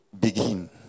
begin